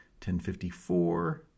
1054